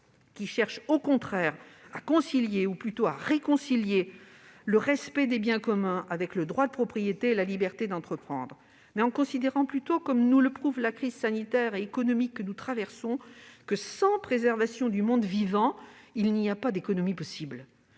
nous cherchons, au contraire, à concilier- ou plutôt à réconcilier -le respect des biens communs avec le droit de propriété et la liberté d'entreprendre. Nous préférons considérer, comme nous le prouve la crise sanitaire et économique que nous traversons que, sans préservation du monde vivant, il n'y a pas d'économie possible.